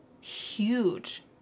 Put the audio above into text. huge